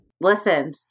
Listen